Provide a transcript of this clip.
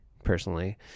personally